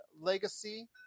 Legacy